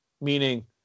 meaning